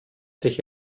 sich